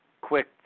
quick